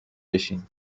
بشین